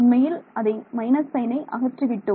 உண்மையில் அதை minus sign அகற்றி விட்டோம்